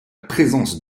présence